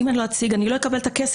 ואם אני לא אציג אני לא אקבל את הכסף,